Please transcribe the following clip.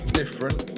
different